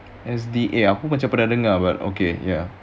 S_D_A aku macam pernah dengar pula ya